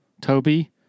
Toby